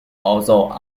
although